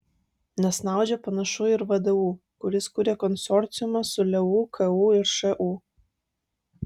nesnaudžia panašu ir vdu kuris kuria konsorciumą su leu ku ir šu